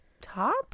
top